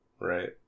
right